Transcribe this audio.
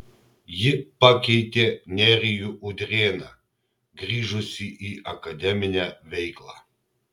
ji pakeitė nerijų udrėną grįžusį į akademinę veiklą